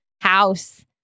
house